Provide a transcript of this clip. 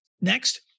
Next